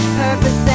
purpose